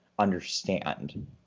understand